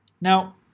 Now